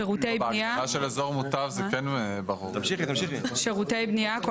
--- של אזור מוטב זה כן --- "שירותי בנייה" כל